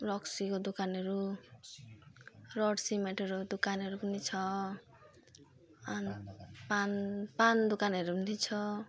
रक्सीको दोकानहरू रड् सिमेन्टहरू दोकानहरू पनि छ अनि पान पान दोकानहरू पनि छ